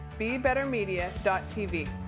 bebettermedia.tv